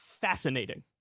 Fascinating